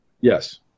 Yes